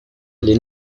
les